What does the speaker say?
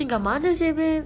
tinggal mana seh babe